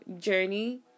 journey